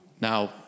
Now